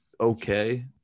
okay